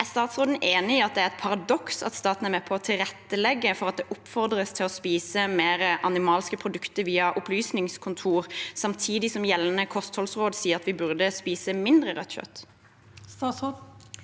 Er statsråden enig i at det er et paradoks at staten er med på å tilrettelegge for at det oppfordres til å spise mer animalske produkter via opplysningskontor, samtidig som gjeldende kostholdsråd sier at vi burde spise mindre rødt kjøtt?